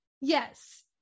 yes